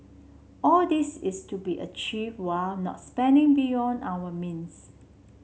all this is to be achieve while not spending beyond our means